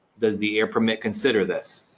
does the air permit consider this?